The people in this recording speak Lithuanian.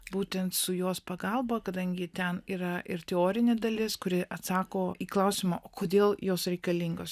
būtent su jos pagalba kadangi ten yra ir teorinė dalis kuri atsako į klausimą kodėl jos reikalingos